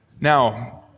Now